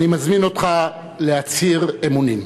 אני מזמין אותך להצהיר אמונים.